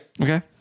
okay